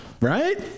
right